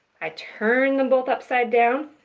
i turn them both upside down.